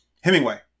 Hemingway